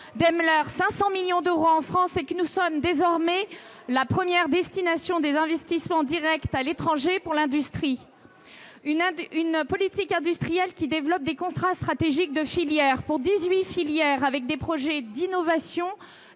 Daimler 500 millions d'euros, et que nous soyons désormais la première destination des investissements directs à l'étranger pour l'industrie. Nous poursuivons une politique industrielle de développement des contrats stratégiques de filière pour dix-huit filières, avec des projets d'innovation